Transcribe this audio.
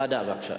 ועדה, בבקשה.